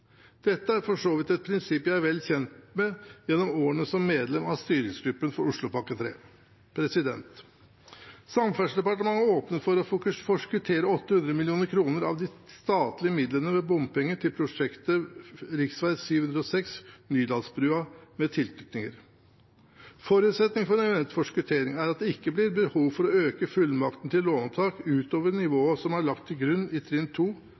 Dette er for så vidt et prinsipp jeg er vel kjent med gjennom årene som medlem av styringsgruppen for Oslopakke 3. Samferdselsdepartementet åpner for å forskuttere 800 mill. kr av de statlige midlene med bompenger til prosjektet rv. 706 Nydalsbrua med tilknytninger. Forutsetningen for en eventuell forskuttering er at det ikke blir behov for å øke fullmakten til lånopptak ut over nivået som er lagt til grunn i trinn